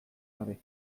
gabe